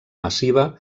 massiva